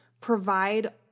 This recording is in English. provide